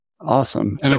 Awesome